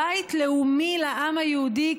בית לאומי לעם היהודי,